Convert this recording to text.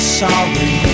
sorry